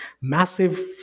massive